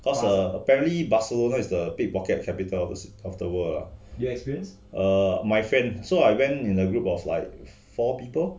cause uh apparently barcelona is the pickpocket capitals of the ci~ of the world errr my friend so I went in a group of like four people